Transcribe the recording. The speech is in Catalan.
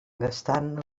gastant